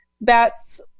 bats